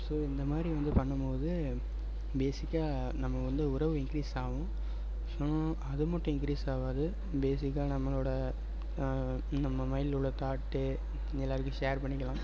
so இந்த மாதிரி வந்து பண்ணும் போது பேசிக்காக நம்ம வந்து உறவு இன்க்ரீஸ் ஆகும் ஸோ அது மட்டும் இன்க்ரீஸ் ஆகாது பேசிக்காக நம்மளோட நம்ம மைண்ட்டில் உள்ள தாட்டு எல்லாேருக்கிட்டையும் ஷேர் பண்ணிக்கலாம்